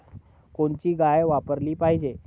कोनची गाय वापराली पाहिजे?